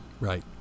right